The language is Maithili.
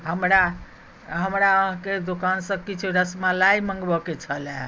हमरा हमरा अहाँके दोकानसँ किछु रसमलाइ मँगबय के छलए